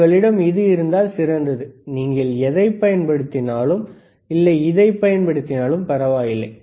உங்களிடம் இது இருந்தால் சிறந்தது நீங்கள் இதை பயன்படுத்தினாலும் அல்லது இதை பயன்படுத்தினாலும் பரவாயில்லை